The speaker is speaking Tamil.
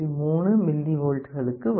23 மில்லிவோல்ட்களுக்கு வரும்